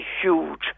huge